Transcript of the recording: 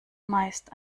meist